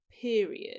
period